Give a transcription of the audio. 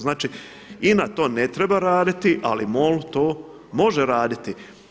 Znači INA to ne treba raditi ali MOL to može raditi.